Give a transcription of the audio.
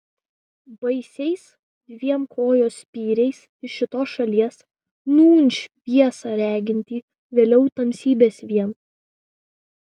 baisiais dviem kojos spyriais iš šitos šalies nūn šviesą regintį vėliau tamsybes vien